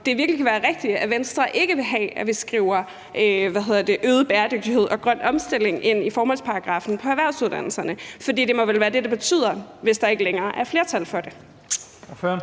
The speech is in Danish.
det virkelig kan være rigtigt, at Venstre ikke vil have, at vi skriver øget bæredygtighed og grøn omstilling ind i formålsparagraffen for erhvervsuddannelserne, for det må vel være det, det betyder, hvis der ikke længere er flertal for det.